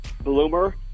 bloomer